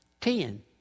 Ten